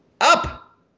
Up